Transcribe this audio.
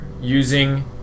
using